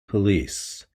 police